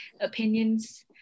opinions